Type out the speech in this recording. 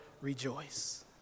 rejoice